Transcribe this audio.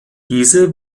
diese